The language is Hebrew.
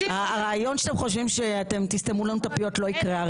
הרעיון שאתם חושבים שאתם תסתמו לנו את הפיות לא יקרה.